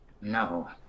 No